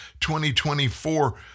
2024